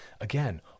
Again